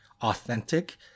authentic